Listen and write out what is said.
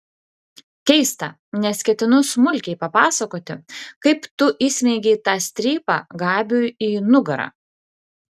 keista nes ketinu smulkiai papasakoti kaip tu įsmeigei tą strypą gabiui į nugarą